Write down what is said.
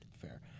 Fair